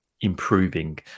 improving